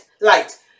light